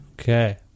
Okay